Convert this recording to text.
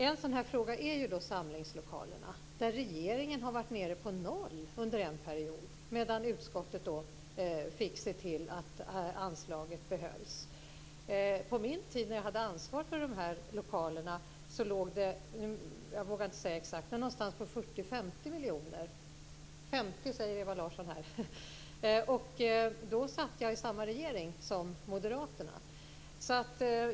En sådan här fråga är samlingslokalerna, där regeringen har varit nere på noll under en period och utskottet fick se till att anslaget behölls. På den tid när jag hade ansvar för de här lokalerna låg det någonstans på 40-50 miljoner - 50, säger Ewa Larsson här. Då satt jag i samma regering som Moderaterna.